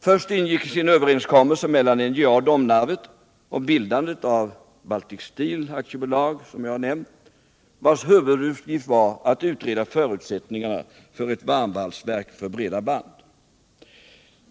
Först ingicks en överenskommelse mellan NJA och Domnarvet om bildandet av Baltic Steel AB, vars huvuduppgift var att utreda förutsättningarna för ett varmvalsverk för breda band.